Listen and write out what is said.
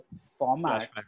format